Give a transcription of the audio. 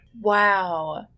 Wow